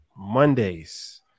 Mondays